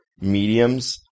mediums